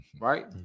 right